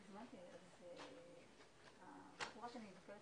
הישיבה ננעלה